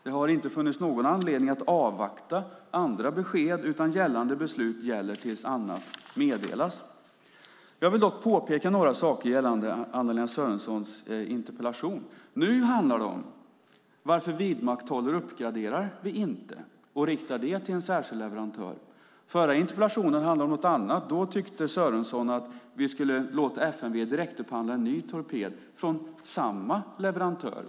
Det har inte funnits någon anledning att avvakta andra besked, utan gällande beslut gäller tills annat meddelas. Jag vill dock påpeka några saker gällande Anna-Lena Sörensons interpellation. Nu handlar det om varför vi inte vidmakthåller och uppgraderar och riktar oss till en särskild leverantör. Förra interpellationen handlade om något annat. Då tyckte Sörenson att vi skulle låta FMV direktupphandla en ny torped från samma leverantör.